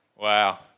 Wow